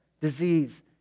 disease